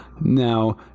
Now